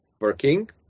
working